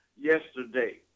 yesterday